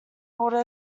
order